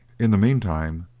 in the mean time,